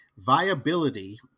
viability